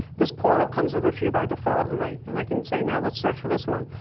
this portal comes with a few by default. and i and i can say, now lets search for this one.